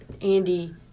Andy